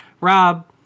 Rob